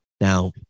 Now